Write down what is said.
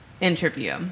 interview